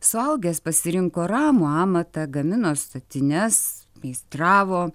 suaugęs pasirinko ramų amatą gamino statines meistravo